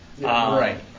Right